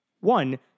one